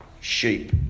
sheep